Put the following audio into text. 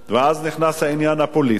ואז נכנס העניין הפוליטי